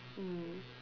mm